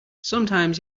sometimes